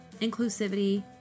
inclusivity